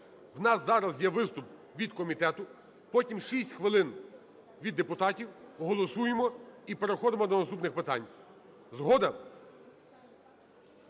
У нас зараз є виступ від комітету, потім 6 хвилин – від депутатів. Голосуємо і переходимо до наступних питань. Згода?